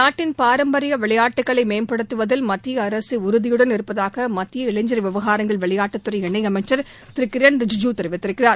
நாட்டின் பாரம்பரிய விளையாட்டுகளை மேம்படுத்துவதில் மத்திய அரசு உறுதியுடன் இருப்பதாக மத்திய இளைஞர் விவகாரங்கள் விளையாட்டுத்துறை இணையமைச்சர் திரு கிரண் ரிஜிஜூ கூறியிருக்கிறார்